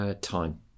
time